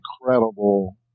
incredible